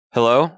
Hello